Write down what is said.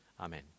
Amen